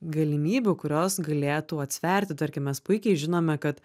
galimybių kurios galėtų atsverti tarkim mes puikiai žinome kad